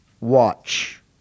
watch